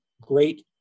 great